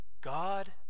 God